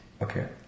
okay